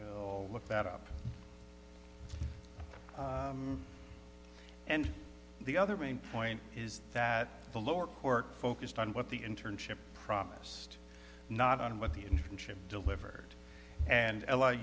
all look that up and the other main point is that the lower court focused on what the internship promised not what the internship delivered and l